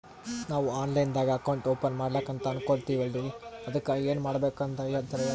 ನಾವು online ದಾಗ account open ಮಾಡ್ಲಕಂತ ಅನ್ಕೋಲತ್ತೀವ್ರಿ ಅದಕ್ಕ ಏನ ಮಾಡಬಕಾತದಂತ ಜರ ಹೇಳ್ರಲ?